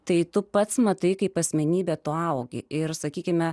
tai tu pats matai kaip asmenybė tu augi ir sakykime